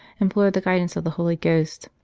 implore the guidance of the holy ghost.